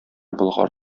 болгар